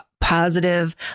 positive